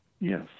Yes